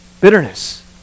Bitterness